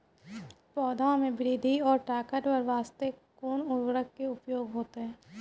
पौधा मे बृद्धि और ताकतवर बास्ते कोन उर्वरक के उपयोग होतै?